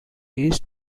east